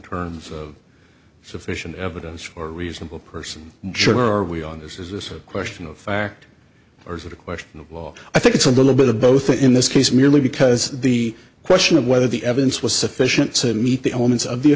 terms of sufficient evidence for a reasonable person juror we on this is this a question of fact or is it a question of law i think it's a little bit of both in this case merely because the question of whether the evidence was sufficient to meet the omens of the